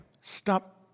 Stop